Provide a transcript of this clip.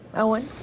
owen?